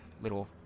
little